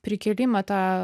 prikėlimą tą